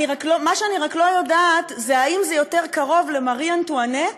מה שאני רק לא יודעת האם זה יותר קרוב למרי אנטואנט,